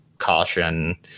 caution